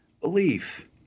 belief